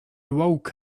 woke